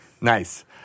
Nice